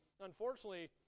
Unfortunately